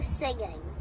singing